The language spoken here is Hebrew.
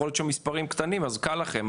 יכול להיות שהמספרים קטנים אז קל לכם,